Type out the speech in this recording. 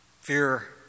Fear